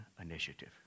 initiative